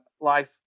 life